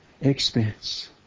expense